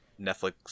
Netflix